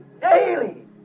daily